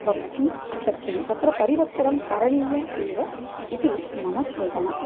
वक्तुं शक्यते तत्र परिवर्तनं करणीयम् एव इति मम चिन्तनम्